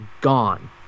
gone